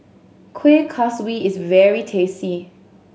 Kueh Kaswi is very tasty